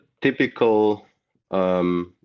typical